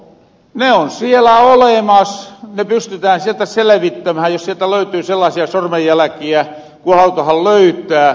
ne on siellä olemas ne pystytään sieltä selevittämähän jos sieltä löytyy sellaasia sormenjäläkiä ku halutahan löytää